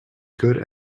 good